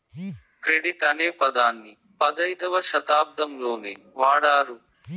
credit అనే పదాన్ని పదైధవ శతాబ్దంలోనే వాడారు